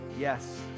Yes